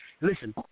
Listen